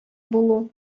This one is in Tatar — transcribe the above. булу